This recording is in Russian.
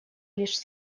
лишь